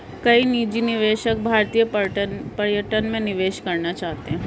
कई निजी निवेशक भारतीय पर्यटन में निवेश करना चाहते हैं